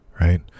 right